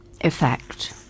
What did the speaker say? effect